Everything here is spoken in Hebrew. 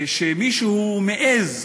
שמישהו מעז,